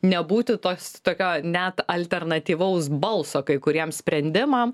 nebūti tos tokio net alternatyvaus balso kai kuriems sprendimam